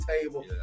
table